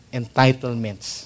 entitlements